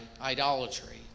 idolatry